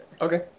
Okay